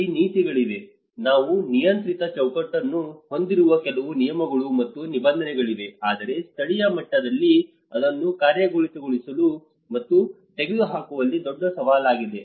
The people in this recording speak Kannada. ಅಲ್ಲಿ ನೀತಿಗಳಿವೆ ನಾವು ನಿಯಂತ್ರಕ ಚೌಕಟ್ಟನ್ನು ಹೊಂದಿರುವ ಕೆಲವು ನಿಯಮಗಳು ಮತ್ತು ನಿಬಂಧನೆಗಳಿವೆ ಆದರೆ ಸ್ಥಳೀಯ ಮಟ್ಟದಲ್ಲಿ ಅದನ್ನು ಕಾರ್ಯಗತಗೊಳಿಸುವ ಮತ್ತು ತೆಗೆದುಹಾಕುವಲ್ಲಿ ದೊಡ್ಡ ಸವಾಲಾಗಿದೆ